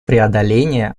преодоления